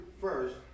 first